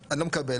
אני לא מקבל,